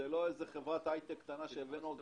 זו לא איזו חברת הייטק קטנה שהבאנו עוד